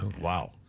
Wow